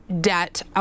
debt